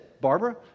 Barbara